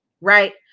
right